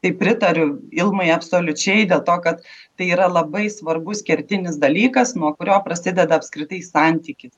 tai pritariu ilmai absoliučiai dėl to kad tai yra labai svarbus kertinis dalykas nuo kurio prasideda apskritai santykiai